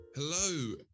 Hello